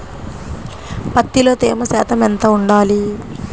పత్తిలో తేమ శాతం ఎంత ఉండాలి?